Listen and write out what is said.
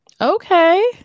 Okay